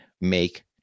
make